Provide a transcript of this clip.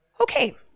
okay